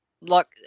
Look –